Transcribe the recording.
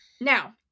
now